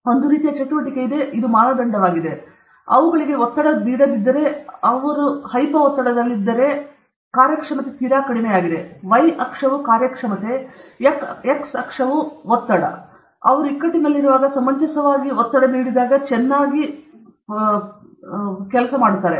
ಅಂದರೆ ಒಂದು ರೀತಿಯ ಚಟುವಟಿಕೆಯಿದೆ ಮತ್ತು ಇದು ಮಾನದಂಡವಾಗಿದೆ ಮತ್ತು ಈಗ ಅವುಗಳು ಒತ್ತು ನೀಡದಿದ್ದರೆ ಅವು ಹೈಪೋ ಒತ್ತಡದಲ್ಲಿದ್ದರೆ ಕಾರ್ಯಕ್ಷಮತೆ ತೀರಾ ಕಡಿಮೆಯಾಗಿದೆ y ಅಕ್ಷವು ಕಾರ್ಯಕ್ಷಮತೆ x ಅಕ್ಷವು ಒತ್ತಡ ಅವರು ಇಕ್ಕಟ್ಟಿನಲ್ಲಿರುವಾಗ ಅವರು ಸಮಂಜಸವಾಗಿ ಒತ್ತು ನೀಡಿದಾಗ ಅವರು ಚೆನ್ನಾಗಿ ಸರಿದರು